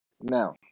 Now